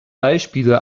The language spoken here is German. beispiele